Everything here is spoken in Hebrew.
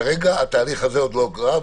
כרגע התהליך הזה עוד לא קרה,